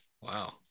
Wow